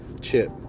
chip